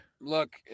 Look